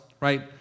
right